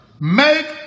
Make